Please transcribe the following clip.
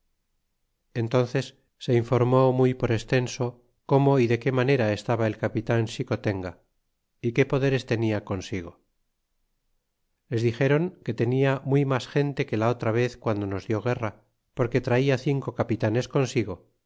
entónces se informó muy por extenso cómo y de qué manera estaba el capitan xicotenga y qué poderes tenia consigo y les dixéron que tenia muy mas gente que la otra vez guando nos dió guerra porque trata cinco capitanes consigo